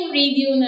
radio